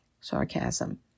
sarcasm